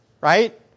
right